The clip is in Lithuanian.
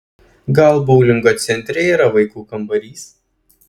gal boulingo centre yra vaikų kambarys